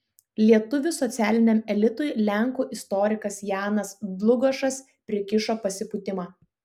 lietuvių socialiniam elitui lenkų istorikas janas dlugošas prikišo pasipūtimą